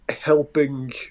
helping